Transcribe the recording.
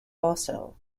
also